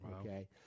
okay